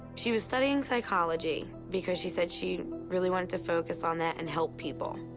she was studying psychology because she said she really wanted to focus on that and help people.